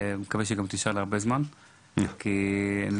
אני מקווה שהיא תישאר להרבה זמן כי הנושאים